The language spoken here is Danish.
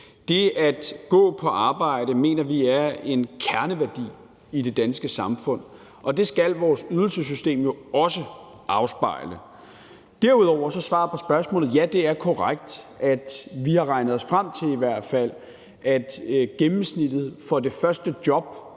Det at gå på arbejde mener vi er en kerneværdi i det danske samfund, og det skal vores ydelsessystem jo også afspejle. Derudover er svaret på spørgsmålet: Ja, det er korrekt, at vi har regnet os frem til i hvert fald, at gennemsnittet for det første job,